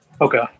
okay